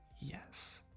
yes